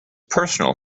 personal